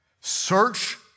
Search